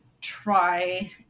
try